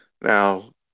Now